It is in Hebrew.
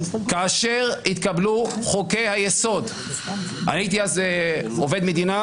כאשר התקבלו חוקי היסוד הייתי אז עובד מדינה